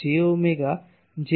અને Q phasor શું છે